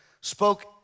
spoke